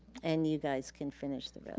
and you guys can finish the